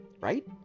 right